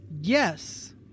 Yes